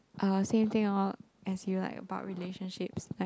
I got the same thing lor as you like about relationships like